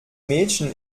mädchen